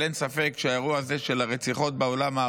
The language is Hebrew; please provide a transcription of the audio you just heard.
אבל אין ספק שהאירוע הזה של הרציחות במגזר